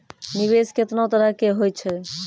निवेश केतना तरह के होय छै?